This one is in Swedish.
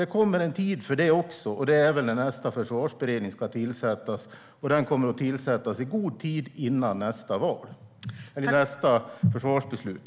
Det kommer en tid för det också, och det är när nästa försvarsberedning ska tillsättas. Den kommer att tillsättas i god tid före nästa försvarsbeslut.